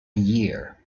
year